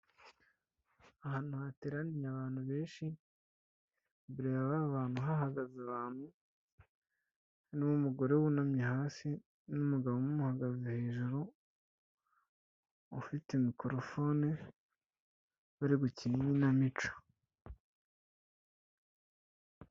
Ahantu hateraniye abantu benshi, imbere ya ba bantu hahagaze abantu n'umugore wunamye hasi n'umugabo umuhagaze hejuru, ufite mikorofone bari gukina inkinamico.